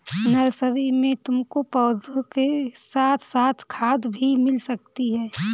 nursery में तुमको पौधों के साथ साथ खाद भी मिल सकती है